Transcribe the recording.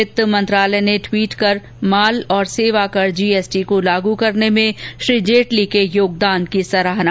वित्त मंत्रालय ने टवीट केर माल और सेवाकर जीएसटी को लागू करने में श्री जेटली के योगदान की सराहना की